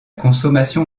consommation